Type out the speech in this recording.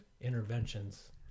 interventions